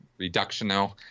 reductional